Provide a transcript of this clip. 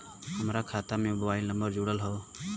हमार खाता में मोबाइल नम्बर जुड़ल हो?